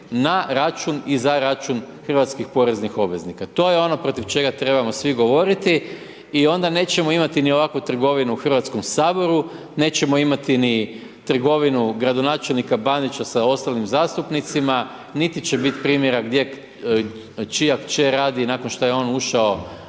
na račun i za račun hrvatskih poreznih obveznika. To je ono protiv čega trebamo svi govoriti i onda nećemo imati ni ovakvu trgovinu u Hrvatskom saboru, nećemo imati ni trgovinu gradonačelnika Bandića sa ostalim zastupnicima, niti će biti primjera gdje, čija kćer radi, nakon što je ušao